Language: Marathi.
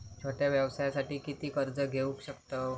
छोट्या व्यवसायासाठी किती कर्ज घेऊ शकतव?